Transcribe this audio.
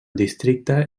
districte